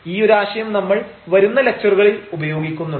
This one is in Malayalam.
ഈ ഒരു ആശയം നമ്മൾ വരുന്ന ലക്ച്ചറുകളിൽ ഉപയോഗിക്കുന്നുണ്ട്